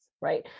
right